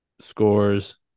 scores